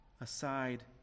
aside